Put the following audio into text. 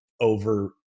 over